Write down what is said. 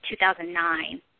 2009